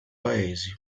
paesi